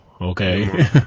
Okay